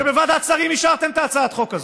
שבוועדת שרים אישרתם את הצעת החוק הזו,